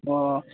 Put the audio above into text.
अ